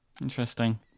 Interesting